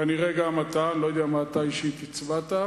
כנראה גם אתה, לא יודע מה אתה אישית הצבעת,